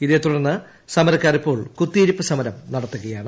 ഇതേത്തുടർന്ന് സമരക്കാർ ഇപ്പോൾ കുത്തിയിരുപ്പ് സമരം നടത്തുകയാണ്